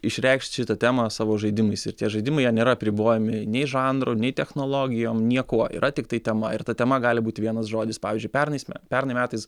išreikšt šitą temą savo žaidimais ir tie žaidimai jie nėra apribojami nei žanro nei technologijom niekuo yra tiktai tema ir ta tema gali būt vienas žodis pavyzdžiui pernais pernai metais